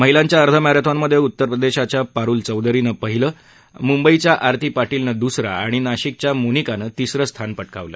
महिलांच्या अर्ध मॅरेथॉनमध्ये उत्तर प्रदेशाच्या पारुल चौधरीनं पहिलं मुंबईच्या आरती पाटीलनं दूसरं आणि नाशिकच्या मोनिकानं तिसरं स्थान पटकावलं